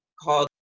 called